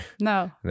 No